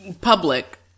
Public